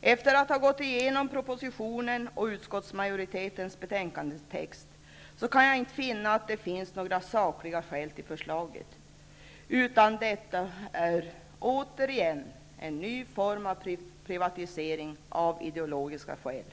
Efter att ha gått igenom propositionen och utskottsmajoritetens betänkandetext, kan jag inte finna att det finns några sakliga skäl till förslaget. Detta är återigen en ny form av privatisering av ideologiska skäl.